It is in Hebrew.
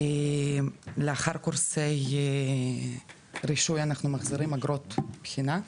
לאחר קורסי רישוי אנחנו מחזירים את אגרות הבחינה,